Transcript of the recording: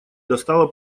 достала